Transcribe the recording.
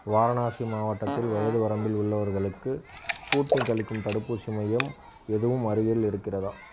வாரணாசி மாவட்டத்தில் வயது வரம்பில் உள்ளவர்களுக்கு ஸ்புட்னிக் அளிக்கும் தடுப்பூசி மையம் எதுவும் அருகில் இருக்கிறதா